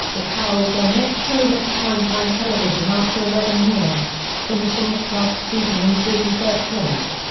the carol burnett show left prime-time television after eleven years, finishing its last season in forty third place.